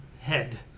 head